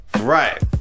right